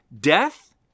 death